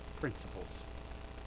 principles